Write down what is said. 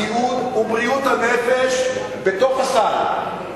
סיעוד ובריאות הנפש בתוך הסל,